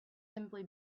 simply